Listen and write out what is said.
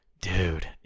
dude